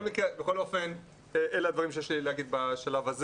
בכל אופן אלה הדברים שיש לי לומר בשלב הזה.